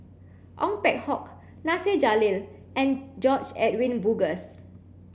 Ong Peng Hock Nasir Jalil and George Edwin Bogaars